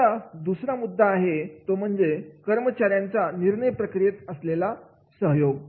आता दुसरा मुद्दा आहे तो म्हणजे कर्मचाऱ्यांचा निर्णय प्रक्रियेमधील असलेला सहयोग